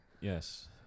Yes